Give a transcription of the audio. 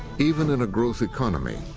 even in a growth economy,